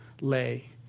lay